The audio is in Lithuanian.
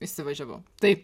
įsivažiavau taip